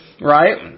right